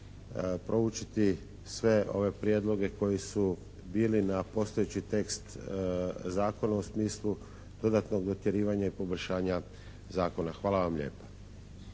proučiti sve ove prijedloge koji su bili na postojeći tekst zakona u smislu dodatnog dotjerivanja i poboljšanja zakona. Hvala vam lijepa.